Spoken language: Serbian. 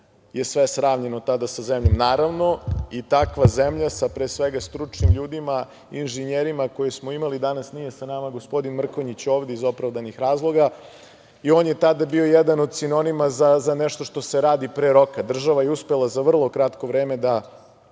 sve sravnjeno tada sa zemljom. Naravno, i takva zemlja, sa pre svega stručnim ljudima, inženjerima koje smo imali, danas nije sa nama gospodin Mrkonjić ovde, iz opravdanih razloga, i on je tada bio jedan od sinonima za nešto što se radi pre roka. Država je uspela za vrlo kratko vreme da